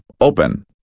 open